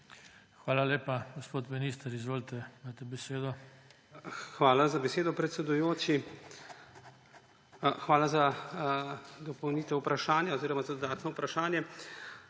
Hvala lepa. Gospod minister, izvolite. JANEZ POKLUKAR: Hvala za besedo, predsedujoči. Hvala za dopolnitev vprašanja oziroma za dodatno vprašanje.